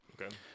Okay